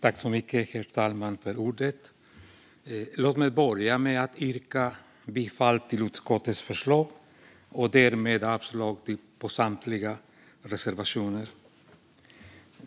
Herr talman! Låt mig börja med att yrka bifall till utskottets förslag och därmed avslag på samtliga reservationer.